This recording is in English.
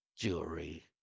Jewelry